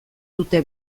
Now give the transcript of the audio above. dute